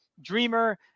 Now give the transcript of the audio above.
Dreamer